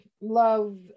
love